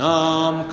Nam